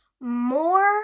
more